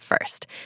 first